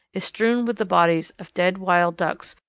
is strewn with the bodies of dead wild ducks,